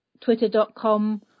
twitter.com